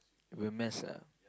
will mess up